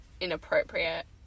inappropriate